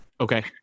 Okay